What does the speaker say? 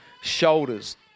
shoulders